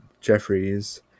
Jeffries